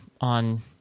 on